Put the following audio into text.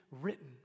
written